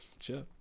Sure